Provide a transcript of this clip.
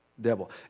devil